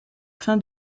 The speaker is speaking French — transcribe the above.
fin